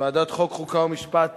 בוועדת החוקה, חוק ומשפט